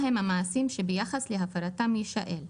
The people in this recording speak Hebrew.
מה הם המעשים שביחס להפרתם יישאל.